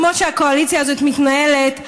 כמו שהקואליציה הזאת מתנהלת,